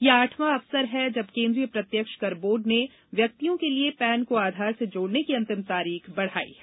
यह आठवां अवसर है जब केन्द्रीय प्रत्यक्ष कर बोर्ड ने व्यक्तियों के लिए पैन को आधार से जोड़ने की अंतिम तारीख बढ़ाई है